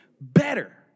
better